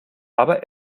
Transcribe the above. aber